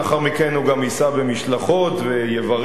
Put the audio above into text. לאחר מכן הוא גם ייסע במשלחות ויברך